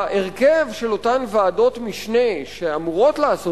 ההרכב של אותן ועדות משנה שאמורות לעשות